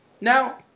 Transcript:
Now